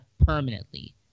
permanently